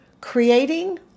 creating